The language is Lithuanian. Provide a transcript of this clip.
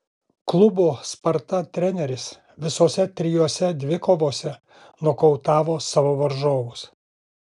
klubo sparta treneris visose trijose dvikovose nokautavo savo varžovus